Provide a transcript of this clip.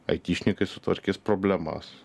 aitišnikai sutvarkys problemas